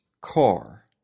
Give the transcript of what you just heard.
car